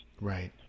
right